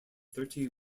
thirty